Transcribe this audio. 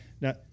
Now